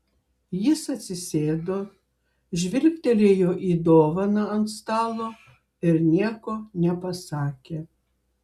jis atsisėdo žvilgtelėjo į dovaną ant stalo ir nieko nepasakė